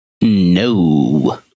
No